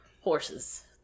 horses